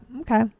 Okay